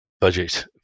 budget